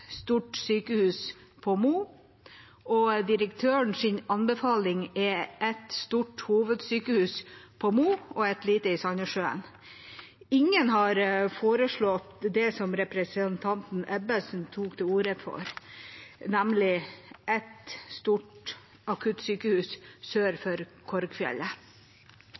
stort sykehus på Mo, og direktørens anbefaling er et stort hovedsykehus på Mo og et lite i Sandnessjøen. Ingen har foreslått det som representanten Ebbesen tok til orde for, nemlig ett stort akuttsykehus sør for Korgfjellet.